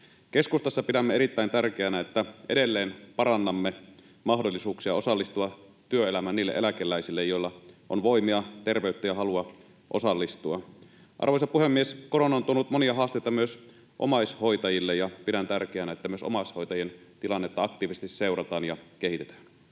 Keskustassa pidämme erittäin tärkeänä, että edelleen parannamme mahdollisuuksia osallistua työelämään niille eläkeläisille, joilla on voimia, terveyttä ja halua osallistua. Arvoisa puhemies! Korona on tuonut monia haasteita myös omaishoitajille, ja pidän tärkeänä, että myös omaishoitajien tilannetta aktiivisesti seurataan ja kehitetään.